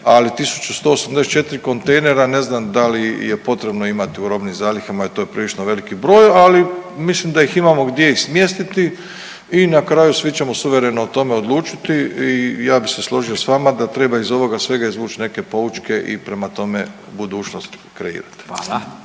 Ali 1184 kontejnera ne znam da li je potrebno imati u robnim zalihama, to je prilično veliki broj. Ali mislim da ih imamo gdje i smjestiti i na kraju svi ćemo suvereno o tome odlučiti i ja bih se složio sa vama da treba iz ovoga svega izvući neke poučke i prema tome budućnost kreirati.